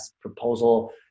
proposal